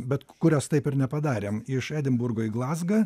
bet kurios taip ir nepadarėm iš edinburgo į glazgą